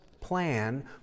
plan